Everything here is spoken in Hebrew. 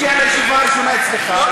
הגיע לישיבה הראשונה אצלך,